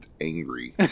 angry